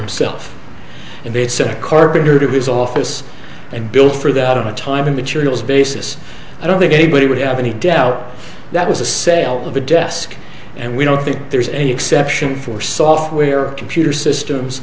himself and they sent a carpenter to his office and built for that in a time and materials basis i don't think anybody would have any doubt that was a sale of a desk and we don't think there's an exception for software computer systems